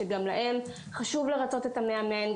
שגם להם חשוב לרצות את המאמן.